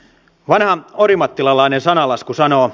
vanha orimattilalainen sananlasku sanoo